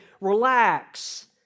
relax